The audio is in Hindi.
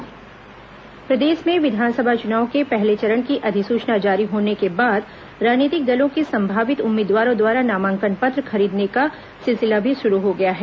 विस चुनाव नामांकन पत्र प्रदेश में विधानसभा चुनाव के पहले चरण की अधिसूचना जारी होने के बाद राजनीतिक दलों के संभावित उम्मीदवारों द्वारा नामांकन पत्र खरीदने का सिलसिला भी शुरू हो गया है